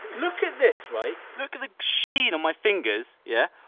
look at this, right? look at the sheen on my fingers, yeah?